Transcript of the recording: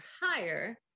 higher